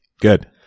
good